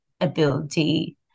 ability